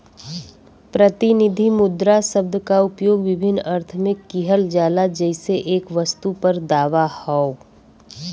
प्रतिनिधि मुद्रा शब्द क उपयोग विभिन्न अर्थ में किहल जाला जइसे एक वस्तु पर दावा हौ